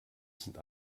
sind